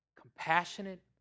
compassionate